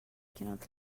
cannot